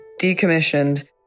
decommissioned